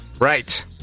Right